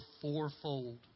fourfold